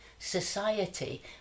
society